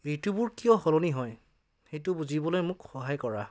ঋতুবোৰ কিয় সলনি হয় সেইটো বুজিবলৈ মোক সহায় কৰা